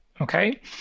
okay